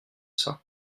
cela